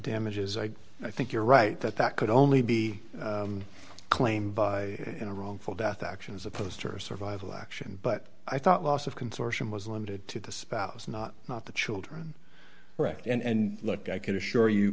damages i i think you're right that that could only be claimed by a wrongful death action as opposed to our survival action but i thought loss of consortium was limited to the spouse not not the children act and look i can assure you